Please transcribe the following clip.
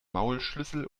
maulschlüssel